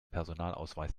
personalausweis